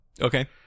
okay